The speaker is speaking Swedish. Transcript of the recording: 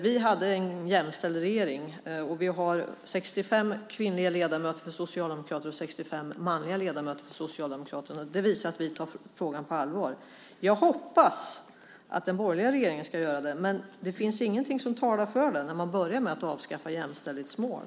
Vi hade en jämställd regering. Vi har 65 kvinnliga och 65 manliga ledamöter för Socialdemokraterna i riksdagen. Det visar att vi tar frågan på allvar. Jag hoppas att den borgerliga regeringen också ska göra det. Men det finns ingenting som talar för det när man börjar med att avskaffa jämställdhetsmål.